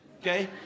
okay